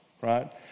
right